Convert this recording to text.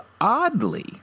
oddly